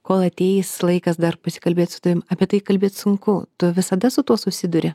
kol ateis laikas dar pasikalbėt su tavimi apie tai kalbėt sunku tu visada su tuo susiduri